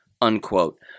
unquote